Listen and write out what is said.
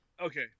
Okay